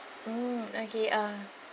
mm okay uh